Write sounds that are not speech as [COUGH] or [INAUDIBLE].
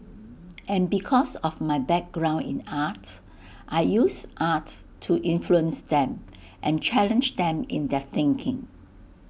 [NOISE] and because of my background in art I use art to influence them and challenge them in their thinking